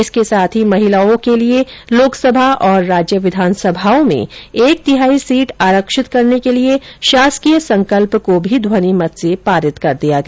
इसी के साथ ही महिलाओं के लिए लोकसभा और राज्य विधानसभाओं में एक तिहाई सीट आरक्षित करने के लिये शासकीय संकल्प को भी ध्वनिमत से पारित कर दिया गया